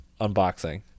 unboxing